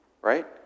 right